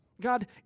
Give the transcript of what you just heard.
God